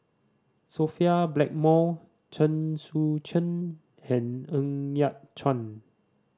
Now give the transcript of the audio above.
Sophia Blackmore Chen Sucheng and Ng Yat Chuan